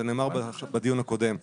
זה נאמר בדיון הקודם,